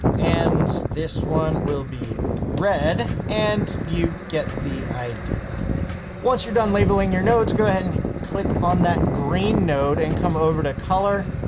and this one will be red and you get the idea once you're done. labeling your nodes go ahead and click on that green node and come over to color,